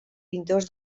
pintors